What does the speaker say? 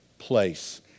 place